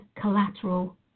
collateral